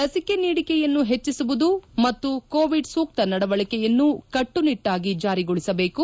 ಲಸಿಕೆ ನೀಡಿಕೆಯನ್ನು ಹೆಚ್ಚಿಸುವುದು ಮತ್ತು ಕೋವಿಡ್ ಸೂಕ್ತ ನಡವಳಿಕೆಯನ್ನು ಕಟ್ಸುನಿಟ್ಲಾಗಿ ಜಾರಿಗೊಳಿಸಬೇಕು